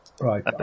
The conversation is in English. Right